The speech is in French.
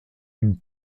une